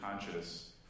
conscious